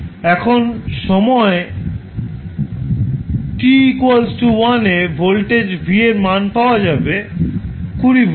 এখন সময় t 1 এ ভোল্টেজ v এর মান পাওয়া যাবে 20 ভোল্ট